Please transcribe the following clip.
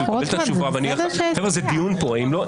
זה דיון פה, רוטמן.